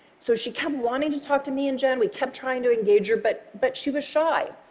so she kept wanting to talk to me and jenn. we kept trying to engage her, but but she was shy.